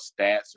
stats